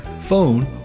phone